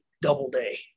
Doubleday